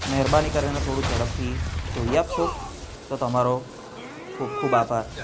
મહેરબાની કરીને થોડું ઝડપથી જોઈ આપશો તો તમારો ખૂબ ખૂબ આભાર